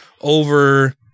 over